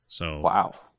Wow